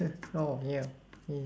oh ya ya